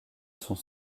sont